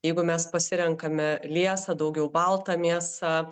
jeigu mes pasirenkame liesą daugiau baltą mėsą